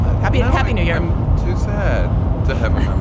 ah happy, yeah happy new year i'm too sad to have um them